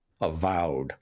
Avowed